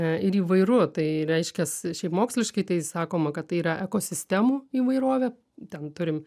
ir įvairu tai reiškias šiaip moksliškai tai sakoma kad tai yra ekosistemų įvairovė ten turim